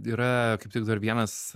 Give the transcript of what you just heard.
yra kaip tik dar vienas